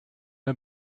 her